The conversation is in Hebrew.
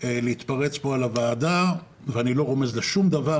להתפרץ על הוועדה ואני לא רומז לשום דבר,